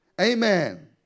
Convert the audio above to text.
Amen